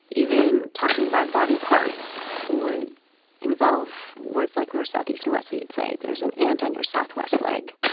even talking about body parts would involve words like north, south, east and west, so you'd say, there's an ant on your southwest leg.